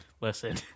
listen